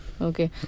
Okay